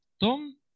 Tom